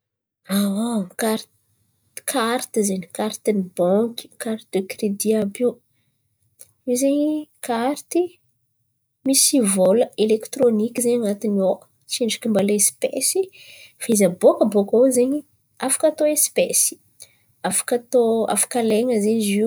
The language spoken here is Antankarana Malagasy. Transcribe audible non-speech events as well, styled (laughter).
(hesitation) Karty zen̈y, karty ny banky, karte de kredì àby io. Io zen̈y karty misy vôla elektronika zen̈y an̈atin̈y ao tsendriky mbôla espesy fa izy abôka bôka ao zen̈y afaka atao espesy afaka atao, afaka alain̈a zen̈y zio.